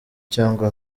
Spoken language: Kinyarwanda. cyangwa